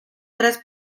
tres